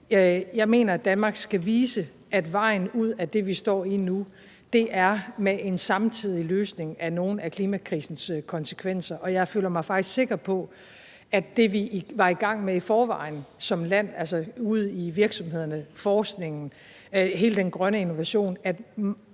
Jeg mener, at Danmark skal vise, at vejen ud af det, vi står i nu, er en samtidig løsning af nogle af klimakrisens konsekvenser, og jeg føler mig faktisk sikker på, at en fortsættelse af meget af det, vi som land, altså ude i virksomhederne, i forskningen og i hele den grønne innovation, var